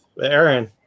Aaron